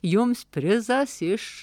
jums prizas iš